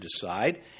decide